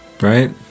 Right